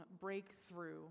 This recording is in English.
breakthrough